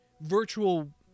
virtual